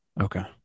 Okay